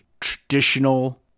traditional